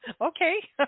okay